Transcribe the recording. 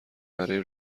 برای